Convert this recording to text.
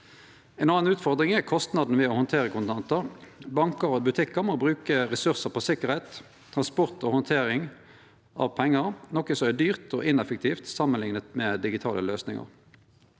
Ei anna utfordring er kostnaden ved å handtere kontantar. Bankar og butikkar må bruke ressursar på sikkerheit, transport og handtering av pengar, noko som er dyrt og ineffektivt samanlikna med digitale løysingar.